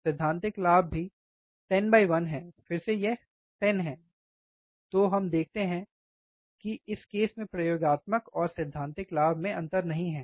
सैद्धांतिक लाभ भी 101 है फिर से यह 10 है तो हम देखते हैं कि इस केस में प्रयोगात्मक और सैद्धांतिक लाभ में अंतर नहीं है